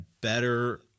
better